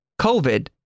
COVID